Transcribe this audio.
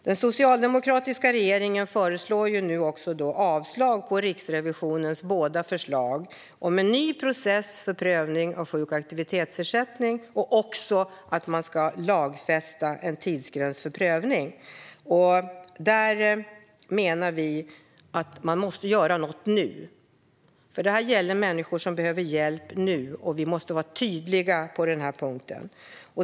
Den socialdemokratiska regeringen föreslår nu avslag på Riksrevisionens båda förslag, om en ny process för prövning av sjukersättning och aktivitetsersättning och om att lagfästa en tidsgräns för prövning. Där menar vi att något måste göras nu, för detta gäller människor som behöver hjälp nu. Vi måste vara tydliga på denna punkt.